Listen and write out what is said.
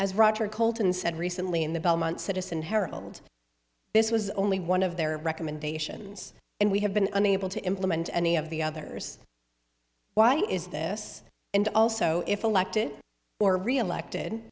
colton said recently in the belmont citizen herald this was only one of their recommendations and we have been unable to implement any of the others why is this and also if elected or reelected